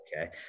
okay